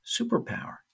superpower